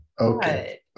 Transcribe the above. Okay